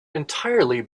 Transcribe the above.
entirely